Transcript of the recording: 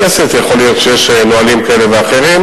בכנסת יכול להיות שיש נהלים כאלה ואחרים,